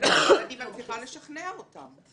אני מצליחה לשכנע אותם.